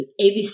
ABC